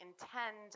intend